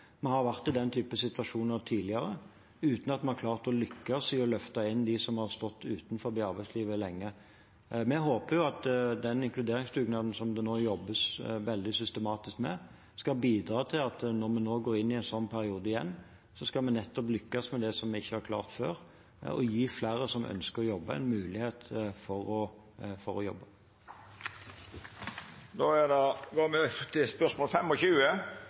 Vi har vært i den type situasjoner tidligere, uten at vi har klart å lykkes MED å løfte inn dem som har stått utenfor arbeidslivet lenge. Vi håper jo at den inkluderingsdugnaden som det nå jobbes veldig systematisk med, skal bidra til at når vi nå går inn i en sånn periode igjen, skal vi nettopp lykkes med det som vi ikke har klart før: å gi flere som ønsker å jobbe, en mulighet til det. Då går me til spørsmål 25. Dette spørsmålet, frå representanten Kari Elisabeth Kaski til